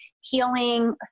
healing